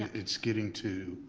it's getting to,